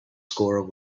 score